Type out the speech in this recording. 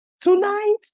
Tonight